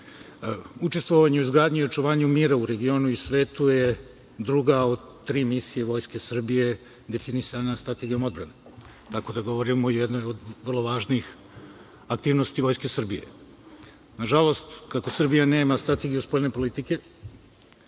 temi. Učestvovanje u izgradnji i očuvanju mira u regionu i svetu je druga od tri misije Vojske Srbije definisana Strategijom odbrane, tako da govorimo o jednoj od vrlo važnih aktivnosti Vojske Srbije. Nažalost, kako Srbija nema strategiju o spoljne politike,